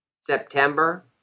September